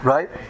Right